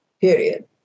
period